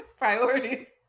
Priorities